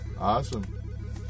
Awesome